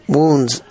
wounds